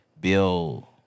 Bill